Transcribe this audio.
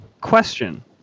question